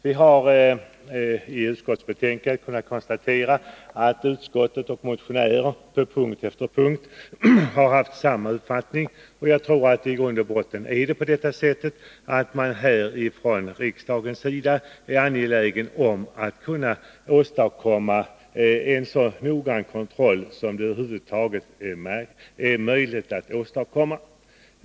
Vi har i utskottsbetänkandet kunnat konstatera att utskottet och motionärerna på punkt efter punkt har haft samma uppfattning, och jag tror att det i grund och botten är på det sättet, att man från riksdagens sida är angelägen om att kunna åstadkomma en så noggrann kontroll som över huvud taget är möjlig.